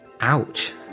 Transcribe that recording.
Ouch